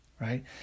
right